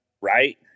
right